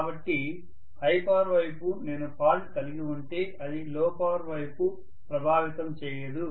కాబట్టి high power వైపు నేను ఫాల్ట్ కలిగి ఉంటే అది లో పవర్ వైపు ప్రభావితం చేయదు